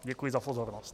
Děkuji za pozornost.